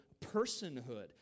personhood